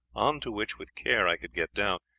on to which with care i could get down,